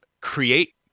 create